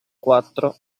quattro